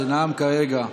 שנאם כרגע,